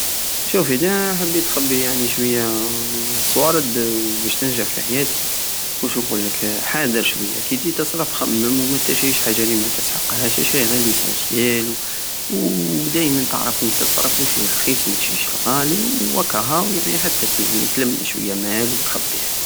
شوف ادا حبيت تخبي يعني شوية صوارد وبش تنجح في حياتك واش نقلك حادر شوية كي جي تصرف خمم ومتشريش حاجة الي ماتسحقهاش اشري غير ليسونسيال ودايمن تعرف وين تصرف وتشري الرخيص ومتشريش الغالي واكاهاو وحتى تلم شوية مال وتخبيه